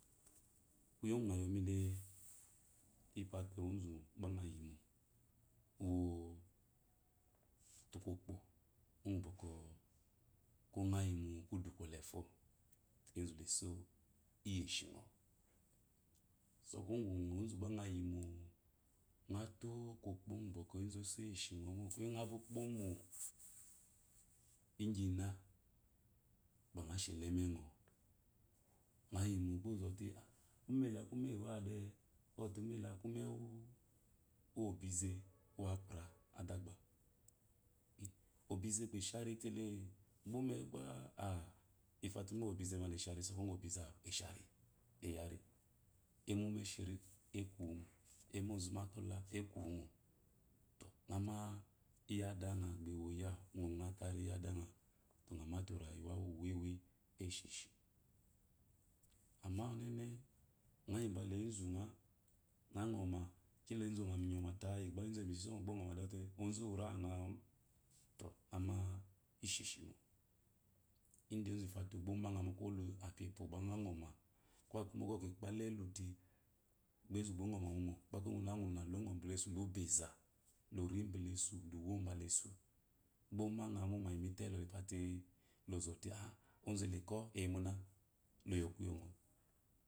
Kuyo gu yomite fote ozu gba ngo yimo wo tukpukyro ida te kɔ kongoyi mu kude kwɔlefo ezu obo iyi eshingo so kro ngu onzu gba ngoyimo ngato kokpo ngu enzu oboyi eshingo mo kye nga bi kpomo ignine ba nga shela amengo ngo yimo gba ozote a umele aku umme wuwe amude gbote umele aku umme mu obeze mu apouh adegba obebe beshi aritete mo umemi gba infote ume obeze le shi artitete kumo gun obeze amu eyi ae eshrian ema umesheri ekwowumo ema ozakɔ la ekwowumo to ngo ma yi adanga be enyiawu ngo nga to anyi adanga ngo mate ana yun uwewe esheshi amma onene ngo yi bala ezunga nga ngoma kil enzu oyimingoma lay gba ezu oyimisoiso mi gbe ngo ngoma ozote ozuwure angoumu esheshimo enzu ifote gba omengamo ko a fiepw bwɔkwɔ ongoma ko kikpdachete gba ezu ongoma momo gba kuye guna guna gba lungoma hu beza bale esute lun bda esu luwa bads esu omanga mo ma emiti do ifote lozote a ozele kwɔ eyimuna loyokuyonggo